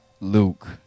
Luke